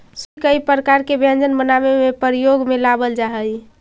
सूजी कई प्रकार के व्यंजन बनावे में प्रयोग में लावल जा हई